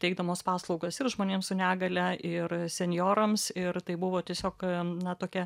teikdamos paslaugas ir žmonėm su negalia ir senjorams ir tai buvo tiesiog na tokia